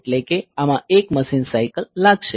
એટલે કે આમાં 1 મશીન સાયકલ લાગશે